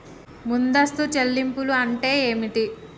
ముందస్తు చెల్లింపులు అంటే ఏమిటి?